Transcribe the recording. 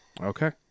Okay